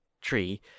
tree